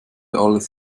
alles